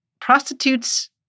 prostitutes